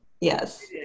Yes